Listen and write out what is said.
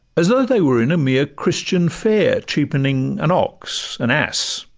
as though they were in a mere christian fair cheapening an ox, an ass,